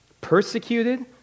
Persecuted